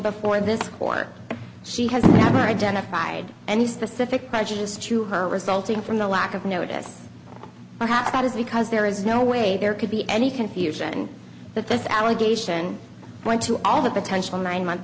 before this court she has never identified and he specifically edges to her resulting from the lack of notice perhaps that is because there is no way there could be any confusion that this allegation went to all the potential nine month